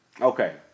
Okay